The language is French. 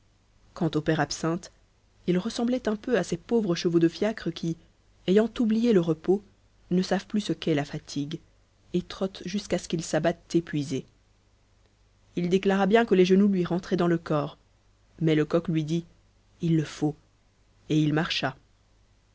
quant au père absinthe il ressemblait un peu à ces pauvres chevaux de fiacre qui ayant oublié le repos ne savent plus ce qu'est la fatigue et trottent jusqu'à ce qu'ils s'abattent épuisés il déclara bien que les genoux lui rentraient dans le corps mais lecoq lui dit il le faut et il marcha